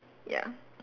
ya